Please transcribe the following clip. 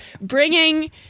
bringing